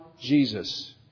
Jesus